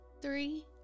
three